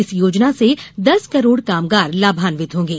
इस योजना से दस करोड़ कामगार लाभान्वित होंगे